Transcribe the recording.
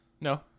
No